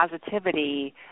positivity